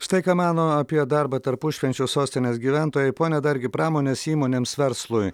štai ką mano apie darbą tarpušvenčiu sostinės gyventojai pone dargi pramonės įmonėms verslui